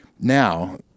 Now